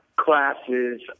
classes